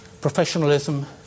professionalism